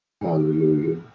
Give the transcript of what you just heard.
hallelujah